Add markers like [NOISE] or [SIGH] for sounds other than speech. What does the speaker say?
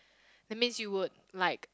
[BREATH] that means you would like